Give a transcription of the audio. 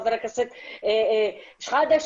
חבר הכנסת שחאדה,